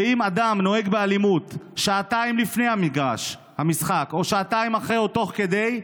אם אדם נוהג באלימות שעתיים לפני המשחק או שעתיים אחרי או תוך כדי,